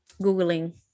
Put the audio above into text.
googling